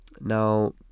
now